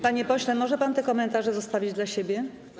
Panie pośle, czy może pan te komentarze zostawić dla siebie?